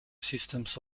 systems